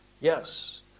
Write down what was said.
Yes